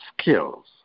skills